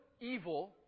evil